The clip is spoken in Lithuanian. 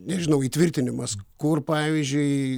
nežinau įtvirtinimas kur pavyzdžiui